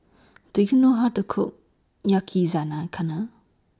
Do YOU know How to Cook Yaki Zana Kana